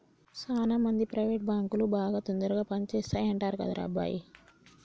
సాన మంది ప్రైవేట్ బాంకులు బాగా తొందరగా పని చేస్తాయంటరు కదరా అబ్బాయి